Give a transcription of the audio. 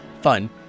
fun